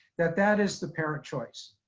that that is the parent choice.